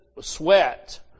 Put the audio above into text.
sweat